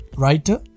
writer